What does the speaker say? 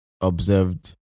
observed